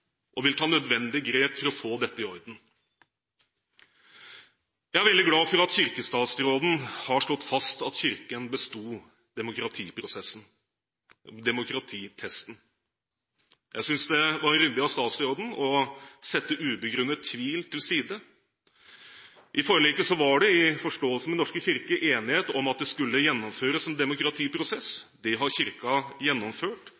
og vil ta nødvendige grep for å få dette i orden. Jeg er veldig glad for at kirkestatsråden har slått fast at Kirken besto demokratitesten. Jeg synes det var ryddig av statsråden å sette ubegrunnet tvil til side. I forliket var det, i forståelse med Den norske kirke, enighet om at det skulle gjennomføres en demokratiprosess. Det har Kirken gjennomført,